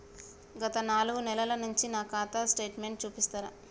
గత నాలుగు నెలల నుంచి నా ఖాతా స్టేట్మెంట్ చూపిస్తరా?